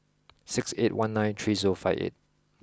six eight one nine three zero five eight